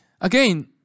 Again